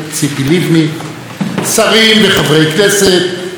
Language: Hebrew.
שרים וחברי כנסת בהווה ובעבר,